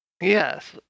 Yes